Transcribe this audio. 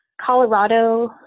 Colorado